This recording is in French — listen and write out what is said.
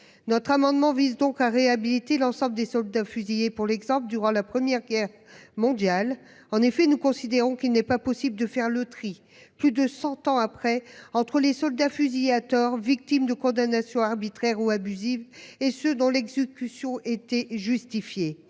Notre amendement vise donc à réhabiliter l'ensemble des soldats, fusillés pour l'exemple, durant la première guerre mondiale. En effet, nous considérons qu'il n'est pas possible de faire le tri. Plus de 100 ans après, entre les soldats, fusillés à tort, victime de condamnations arbitraires ou abusive et ce dont l'exécution était justifiée